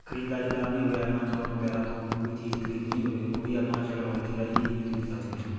ਖਰੀਦਦਾਰੀ ਕਰਨੀ ਹੋਵੇ ਐਮਜੌਨ ਵਗੈਰਾ ਤੋਂ ਕੋਈ ਚੀਜ਼ ਖਰੀਦਣੀ ਹੋਵੇ ਉਹ ਵੀ ਆਪਾਂ ਟੈਕਨੋਲੋਜੀ ਰਾਹੀਂ ਹੀ ਖਰੀਦ ਸਕਦੇ ਹਾਂ